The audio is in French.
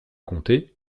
compter